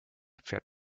pferd